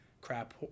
crap